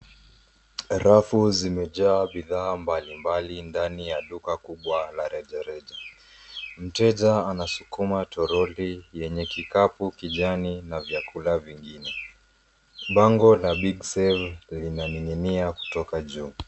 Rafu zimejaa bidhaa mbalimbali ndani ya duka kubwa la rejareja. Mteja anasukuma toroli yenye kikapu kijani na vyakula vingine. Bango la Big Sale linaning'inia kutoka juu.